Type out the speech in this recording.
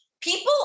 people